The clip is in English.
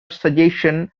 suggestion